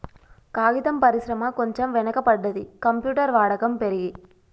కాగితం పరిశ్రమ కొంచెం వెనక పడ్డది, కంప్యూటర్ వాడకం పెరిగి